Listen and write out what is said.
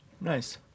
Nice